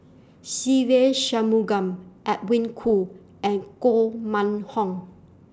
Se Ve Shanmugam Edwin Koo and Koh Mun Hong